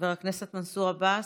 חבר הכנסת מנסור עבאס,